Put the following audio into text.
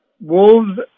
Wolves